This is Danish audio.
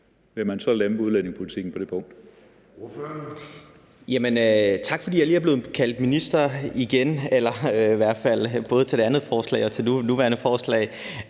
Ville man så lempe udlændingepolitikken på det punkt?